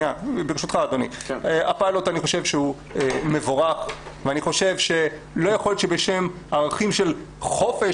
אני חושב שהוא מבורך ואני חושב שלא יכול להיות בשם הערכים של חופש,